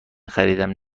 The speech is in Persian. خریدم